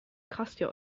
costio